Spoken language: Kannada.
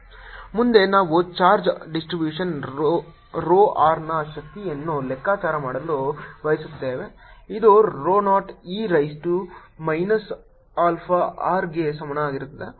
W02R770Q2R72R870Q27π0R ಮುಂದೆ ನಾವು ಚಾರ್ಜ್ ಡಿಸ್ಟ್ರಿಬ್ಯೂಷನ್ rho r ನ ಶಕ್ತಿಯನ್ನು ಲೆಕ್ಕಾಚಾರ ಮಾಡಲು ಬಯಸುತ್ತೇವೆ ಇದು rho 0 e raise to minus alpha r ಗೆ ಸಮನಾಗಿರುತ್ತದೆ